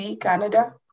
Canada